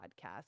podcast